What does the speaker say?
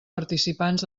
participants